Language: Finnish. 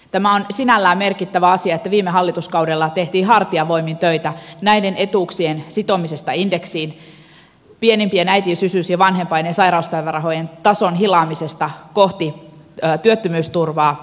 tämä on sinällään merkittävä asia että viime hallituskaudella tehtiin hartiavoimin töitä näiden etuuksien sitomisesta indeksiin pienimpien äitiys isyys vanhempain ja sairauspäivärahojen tason hilaamisesta kohti työttömyysturvaa